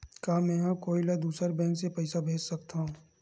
का मेंहा कोई ला दूसर बैंक से पैसा भेज सकथव?